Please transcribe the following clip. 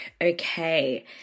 Okay